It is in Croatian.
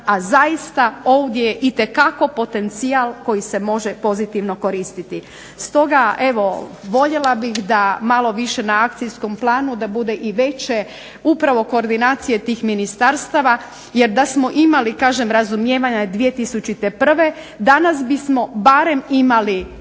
tržišta a ovdje je zaista potencijal koji se može pozitivno koristiti. Stoga voljela bih da malo više na akcijskom planu, da malo veće upravo koordinacije tih ministarstava da smo imali razumijevanja 2001. danas bismo barem imali